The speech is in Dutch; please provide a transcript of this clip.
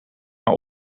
haar